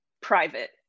private